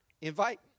invite